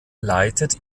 leitet